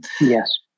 Yes